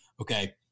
Okay